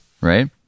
right